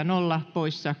nolla yksi poistetaan